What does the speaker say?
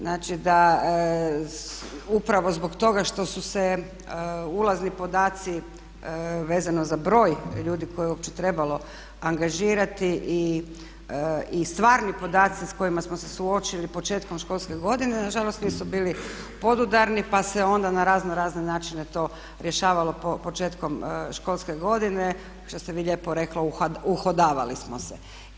Znači da upravo zbog toga što su se ulazni podaci vezano za broj ljudi koje je uopće trebalo angažirati i stvarni podaci sa kojima smo se suočili početkom školske godine na žalost nisu bili podudarni, pa se onda na razno razne načine to rješavalo početkom školske godine što ste vi lijepo rekla uhodavali smo se.